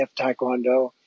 Taekwondo